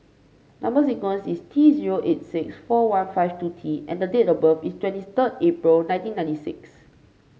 number sequence is T zero eight six four one five two T and date of birth is twenty third April nineteen ninety six